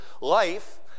life